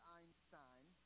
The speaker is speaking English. Einstein